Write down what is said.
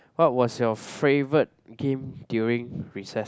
what was your favorite game during recess